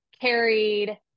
carried